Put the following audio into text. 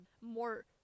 more